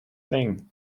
thing